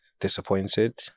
disappointed